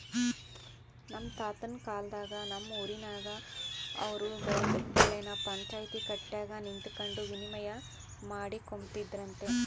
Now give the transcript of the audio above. ನಮ್ ತಾತುನ್ ಕಾಲದಾಗ ನಮ್ ಊರಿನಾಗ ಅವ್ರು ಬೆಳ್ದ್ ಬೆಳೆನ ಪಂಚಾಯ್ತಿ ಕಟ್ಯಾಗ ನಿಂತಕಂಡು ವಿನಿಮಯ ಮಾಡಿಕೊಂಬ್ತಿದ್ರಂತೆ